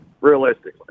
realistically